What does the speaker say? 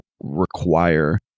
require